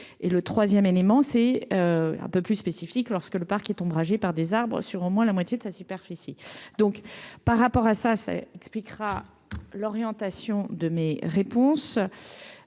Et le 3ème élément, c'est un peu plus spécifiques lorsque le parc est ombragé par des arbres sur au moins la moitié de sa superficie donc par rapport à ça c'est expliquera l'orientation de mes réponses